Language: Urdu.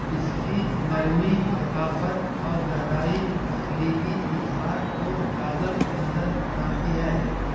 اس کی نرمی لطافت اور گہرائی تخلیقی اظہار کو جاذب نظر بناتی ہے